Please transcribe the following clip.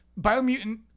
Biomutant